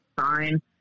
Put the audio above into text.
Fine